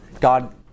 God